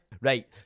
Right